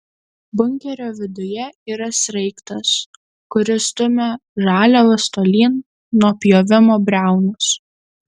bunkerio viduje yra sraigtas kuris stumia žaliavas tolyn nuo pjovimo briaunos